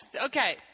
okay